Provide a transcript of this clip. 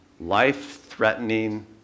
life-threatening